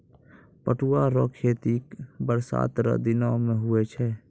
पटुआ रो खेती बरसात रो दिनो मे हुवै छै